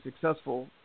successful